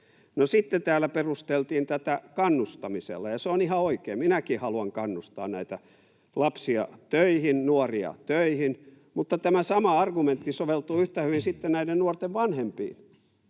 sitten täällä perusteltiin tätä kannustamisella, ja se on ihan oikein, minäkin haluan kannustaa näitä lapsia töihin, nuoria töihin. Mutta tämä sama argumentti soveltuu yhtä hyvin sitten näiden nuorten vanhempiin.